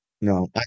No